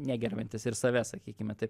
negerbiantis ir savęs sakykime taip